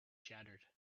shattered